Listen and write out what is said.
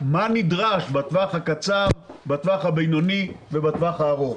מה נדרש בטווח הקצר, בטווח הבינוני ובטווח הארוך.